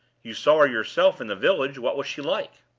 you saw her yourself in the village. what was she like?